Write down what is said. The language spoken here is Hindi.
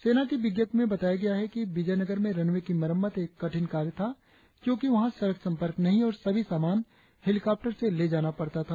सेना की विज्ञप्ति में बताया या है कि विजयनगर में रनवे की मरम्मत एक कठिन कार्य था क्योंकि वहां सड़क संपर्क नहीं है और सभी सामान हेलिकाप्टर से ले जाना पड़ता था